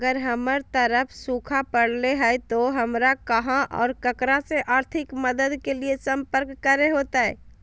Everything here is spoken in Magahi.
अगर हमर तरफ सुखा परले है तो, हमरा कहा और ककरा से आर्थिक मदद के लिए सम्पर्क करे होतय?